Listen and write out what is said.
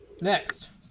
Next